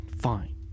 Fine